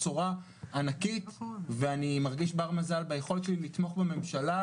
בשורה ענקית ואני מרגיש בר מזל ביכולת שלי לתמוך בממשלה,